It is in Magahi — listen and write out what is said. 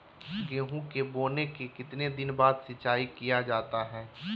गेंहू के बोने के कितने दिन बाद सिंचाई किया जाता है?